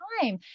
time